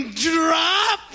drop